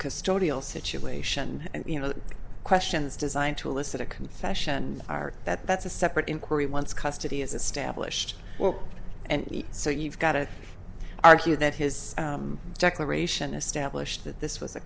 custodial situation and you know the questions designed to elicit a confession are that that's a separate inquiry once custody is established and so you've got to argue that his declaration established that this was a